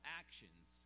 actions